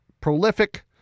prolific